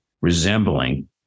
resembling